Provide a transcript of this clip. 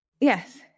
Yes